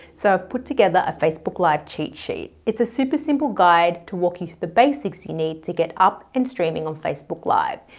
so i've put together a facebook live cheat sheet. it's a super simple guide to walk you through the basics you need to get up and streaming on facebook live,